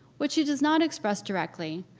what she does not express directly,